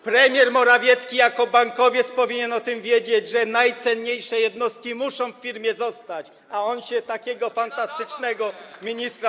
Premier Morawiecki jako bankowiec powinien o tym wiedzieć, że najcenniejsze jednostki muszą zostać w firmie, a on się pozbył takiego fantastycznego ministra.